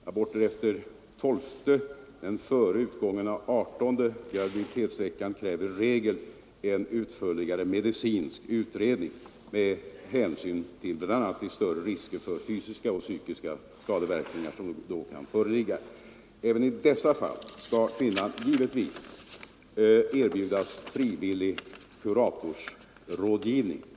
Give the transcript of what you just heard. Aborter efter 12:e men före utgången av 18:e graviditetsveckan kräver i regel en utförligare medicinsk utredning med hänsyn till bl.a. de större risker för fysiska och psykiska skadeverkningar som då kan föreligga. Även i dessa fall skall kvinnan givetvis erbjudas frivillig kuratorsrådgivning.